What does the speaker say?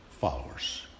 followers